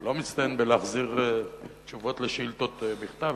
לא מצטיין בהחזרת תשובות לשאילתות בכתב.